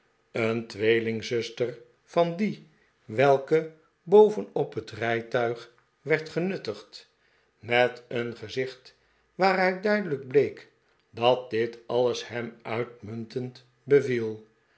een tweelingzuster van die welke boven op het rijtuig werd bob tracht zich den tud te korten genuttigd met een gezicht waaruit duidelijk bleek dat dit alle's hem uitmuntend beviel